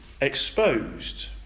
exposed